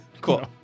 Cool